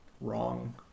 wrong